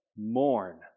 Mourn